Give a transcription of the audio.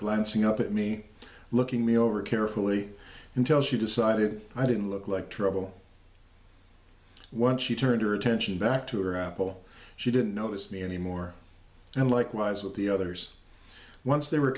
glancing up at me looking me over carefully until she decided i didn't look like trouble when she turned her attention back to her apple she didn't notice me any more and likewise with the others once they were